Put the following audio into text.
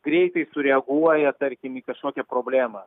greitai sureaguoja tarkim į kažkokią problemą